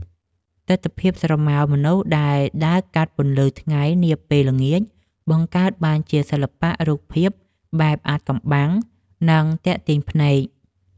ទិដ្ឋភាពស្រមោលមនុស្សដែលដើរកាត់ពន្លឺថ្ងៃនាពេលល្ងាច បង្កើតបានជាសិល្បៈរូបភាពបែបអាថ៌កំបាំង និងទាក់ទាញភ្នែក។